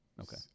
Okay